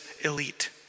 elite